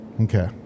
Okay